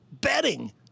betting